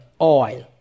oil